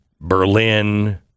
Berlin